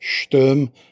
Sturm